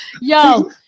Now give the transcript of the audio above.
Yo